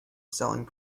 selling